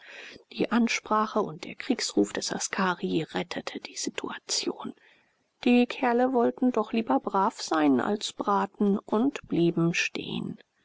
die ansprache und der kriegsruf des askari rettete die situation die kerle wollten doch lieber brav sein als braten und blieben stehen